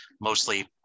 mostly